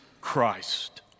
Christ